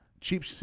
cheap